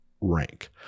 rank